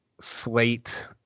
slate